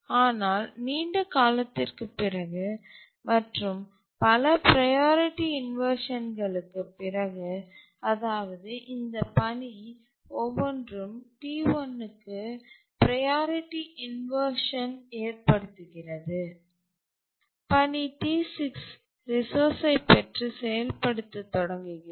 ஆனால் நீண்ட காலத்திற்குப் பிறகு மற்றும் பல ப்ரையாரிட்டி இன்வர்ஷன்களுக்கு பிறகு அதாவது இந்த பணி ஒவ்வொன்றும் T1க்கு ப்ரையாரிட்டி இன்வர்ஷன் ஏற்படுத்துகிறது பணி T6 ரிசோர்ஸ்ஐ பெற்று செயல்படுத்தத் தொடங்குகிறது